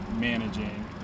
managing